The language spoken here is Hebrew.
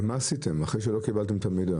מה עשיתם אחרי שלא קיבלתם את המידע?